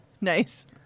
Nice